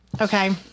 okay